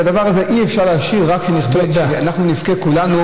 את הדבר הזה אי-אפשר להשאיר כך שאנחנו נבכה כולנו,